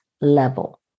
level